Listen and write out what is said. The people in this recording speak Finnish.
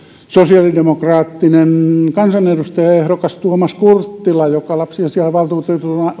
sosiaalidemokraattinen kansanedustajaehdokas tuomas kurttila joka lapsiasiainvaltuutettuna